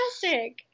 fantastic